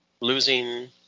losing